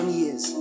years